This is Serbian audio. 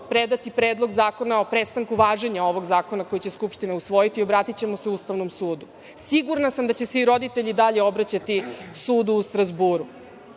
predati predlog zakona o prestanku važenja ovog zakona koji će Skupština usvojiti i obratićemo se Ustavnom sudu. Sigurna sam da će se i roditelji dalje obraćati Sudu u Strazburu. Dakle,